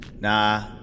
Nah